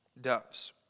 doves